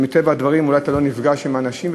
ומטבע הדברים אולי אתה לא נפגש עם אנשים,